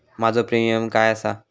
माझो प्रीमियम काय आसा?